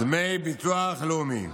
דמי ביטוח לאומי,